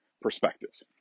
perspectives